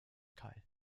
teil